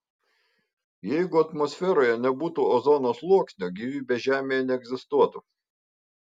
jeigu atmosferoje nebūtų ozono sluoksnio gyvybė žemėje neegzistuotų